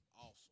awesome